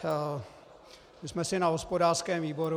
My jsme si na hospodářském výboru...